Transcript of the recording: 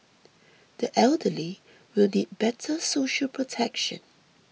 the elderly will need better social protection